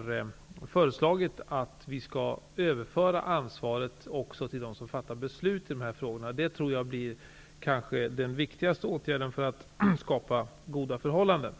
nu föreslagit att ansvaret skall överföras även till dem som fattar beslut i dessa frågor. Det tror jag blir den kanske viktigaste åtgärden för att skapa goda förhållanden.